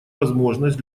возможность